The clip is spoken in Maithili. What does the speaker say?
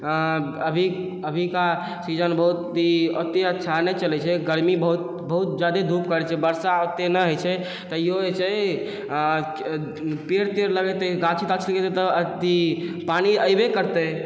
अभी अभीका सीजन बहुत ही ओते अच्छा नहि चलै छै गर्मी बहुत बहुत ज्यादे धूप करै छै बरसा ओते नहि होइ छै तैओ जे छै पेड़ तेड़ लगेतै गाछी ताछी लगेतै तऽ अथी पानी एबे करतै